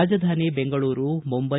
Rajdhani Bengaluru Mumbai